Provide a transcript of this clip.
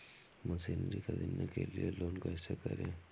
Machinery ख़रीदने के लिए लोन कैसे करें?